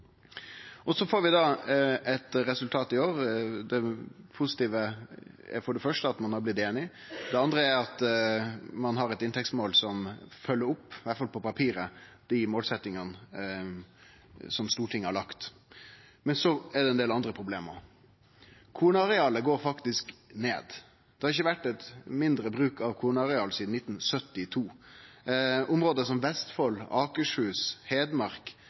Og så får vi da eit resultat i år. Det positive er for det første at ein har blitt einig, for det andre at ein har eit inntektsmål som iallfall på papiret følgjer opp målsetjingane til Stortinget. Men så er det òg ein del problem. Kornarealet går faktisk ned. Det har ikkje vore mindre bruk av kornareal sidan 1972. I område som Vestfold, Akershus og Hedmark